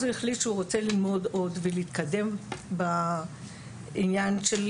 הוא החליט שהוא רוצה ללמוד עוד ולהתקדם בעניין של,